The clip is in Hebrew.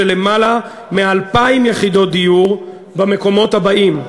למעלה מ-2,000 יחידות דיור במקומות הבאים,